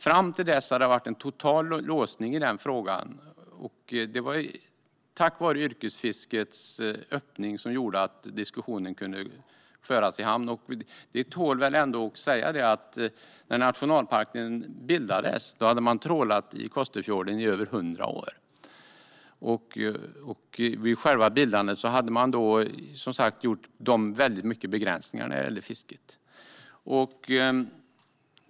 Fram till dess var det total låsning i frågan, och det var tack vare yrkesfiskets öppning som diskussionen kunde föras i hamn. Det tål att sägas att när nationalparken bildades hade man trålat i Kosterfjorden i över hundra år. Vid själva bildandet gjordes som sagt många begränsningar av fisket.